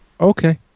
Okay